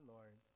Lord